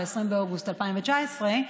ב-20 באוגוסט 2019,